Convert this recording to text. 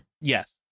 Yes